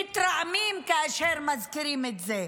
מתרעמים כאשר מזכירים את זה.